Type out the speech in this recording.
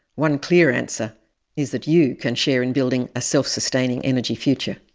one clear answer is that you can share in building a self-sustaining energy future.